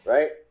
Right